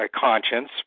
conscience